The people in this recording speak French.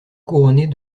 couronnée